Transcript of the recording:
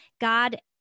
God